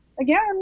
again